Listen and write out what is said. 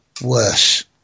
worse